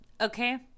okay